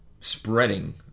spreading